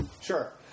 sure